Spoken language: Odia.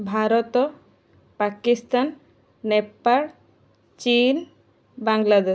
ଭାରତ ପାକିସ୍ତାନ ନେପାଳ ଚୀନ ବାଂଲାଦେଶ